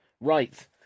Right